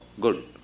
good